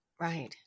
Right